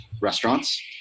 restaurants